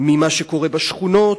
ממה שקורה בשכונות,